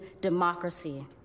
democracy